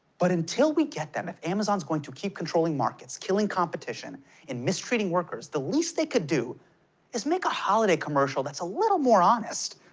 but until we get them, if amazon is going to keep controlling markets, killing competition and mistreating workers, the least they could do is make a holiday commercial that's a little more honest.